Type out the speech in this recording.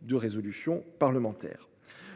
de résolution parlementaire.